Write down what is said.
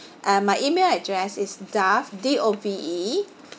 uh my email address is dove D O V E